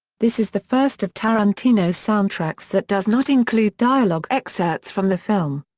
this is the first of tarantino's soundtracks that does not include dialogue excerpts from the film.